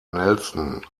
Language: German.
nelson